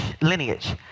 lineage